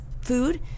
food